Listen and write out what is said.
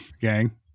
gang